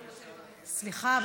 אני רוצה, סליחה.